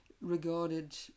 regarded